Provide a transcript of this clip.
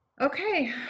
Okay